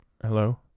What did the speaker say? Hello